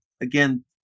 again